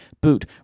boot